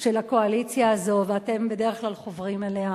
של הקואליציה הזאת, ואתם בדרך כלל חוברים אליה,